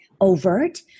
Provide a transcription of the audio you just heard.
overt